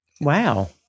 Wow